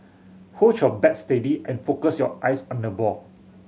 hold your bat steady and focus your eyes on the ball